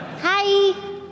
Hi